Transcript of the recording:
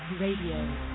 Radio